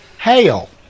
hail